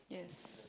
yes